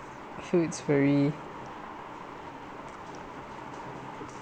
I feel it's very